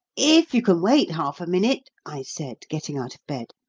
if you can wait half a minute, i said, getting out of bed,